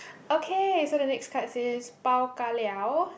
okay so the next card is bao ka liao